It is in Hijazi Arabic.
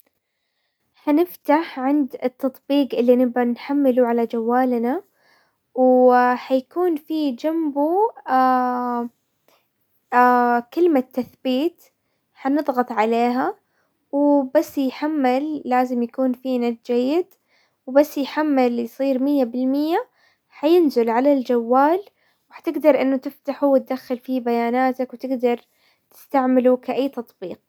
حنفتح عند التطبيق اللي نبغى نحمله على جوالنا وحيكون في جنبه كلمة تثبيت، حنضغط عليها وبس يحمل، لازم يكون في نت جيد، وبس يحمل يصير مئة بالمئة حينزل على الجوال وحتقدر انه تفتحه وتدخل فيه بياناتك وتقدر تستعمله كاي تطبيق.